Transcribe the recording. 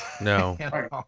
No